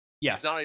yes